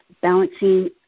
balancing